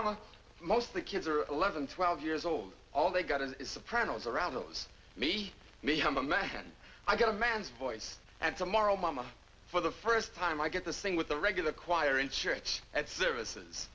baritone most of the kids are eleven twelve years old all they got is sopranos around those me me i'm a man i got a man's voice and tomorrow my mom for the first time i get the same with the regular choir in church and services